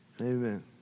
Amen